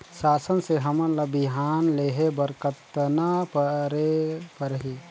शासन से हमन ला बिहान लेहे बर कतना करे परही?